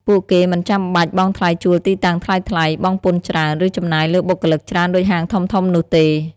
ពួកគេមិនចាំបាច់បង់ថ្លៃជួលទីតាំងថ្លៃៗ បង់ពន្ធច្រើន ឬចំណាយលើបុគ្គលិកច្រើនដូចហាងធំៗនោះទេ។